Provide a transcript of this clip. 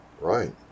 Right